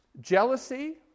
jealousy